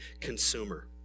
consumer